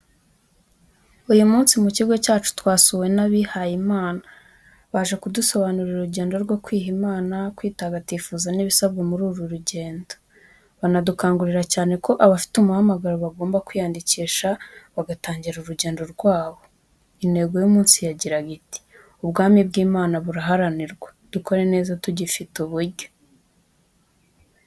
Uyu munsi mu kigo cyacu twasuwe n’abihayimana. Baje kudusobanurira urugendo rwo kwiha Imana, kwitagatifuza n’ibisabwa muri uru rugendo. Banadukangurira cyane ko abafite umuhamagaro bagomba kwiyandikisha bagatangira urugendo rwabo. Intego y’umunsi yagiraga iti: “Ubwami bw’Imana burahanirwa, dukore neza tugifite uburyo.”